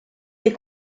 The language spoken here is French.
des